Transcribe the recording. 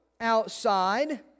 outside